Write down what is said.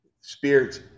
Spirits